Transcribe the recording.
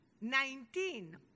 Nineteen